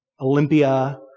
Olympia